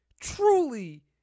truly